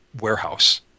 warehouse